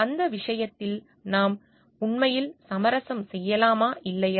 அந்த விஷயத்தில் நாம் உண்மையில் சமரசம் செய்யலாமா இல்லையா